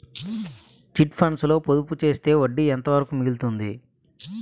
Chit funds లో పొదుపు చేస్తే వడ్డీ ఎంత వరకు మిగులుతుంది?